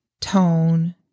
tone